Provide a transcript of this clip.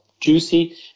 juicy